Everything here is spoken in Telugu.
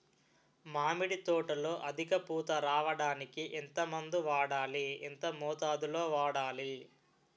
మామిడి తోటలో అధిక పూత రావడానికి ఎంత మందు వాడాలి? ఎంత మోతాదు లో వాడాలి?